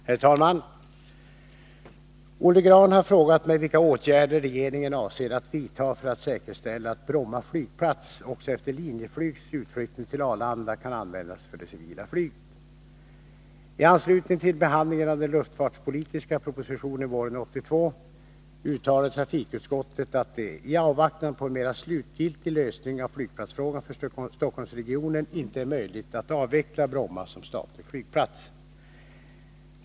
Herr talman! Olle Grahn har frågat mig vilka åtgärder regeringen avser att vidta för att säkerställa att Bromma flygplats också efter Linjeflygs utflyttning till Arlanda kan användas för det civila flyget. I anslutning till behandlingen av den luftfartspolitiska propositionen våren 1982 uttalade trafikutskottet att det — i avvaktan på en mera slutgiltig lösning av flygplatsfrågan för Stockholmsregionen — inte är möjligt att avveckla Bromma som statlig flygplats.